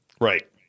Right